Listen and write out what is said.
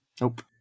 Nope